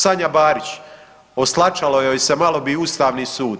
Sanja Barić oslačalo joj se malo bi Ustavni sud.